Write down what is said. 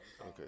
okay